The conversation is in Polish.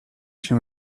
się